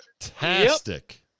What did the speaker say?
Fantastic